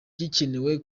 gikenewe